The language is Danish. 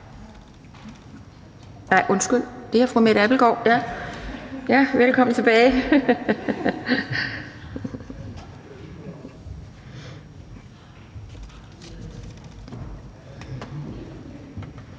nej, undskyld, det er fru Mette Abildgaard. Velkommen tilbage.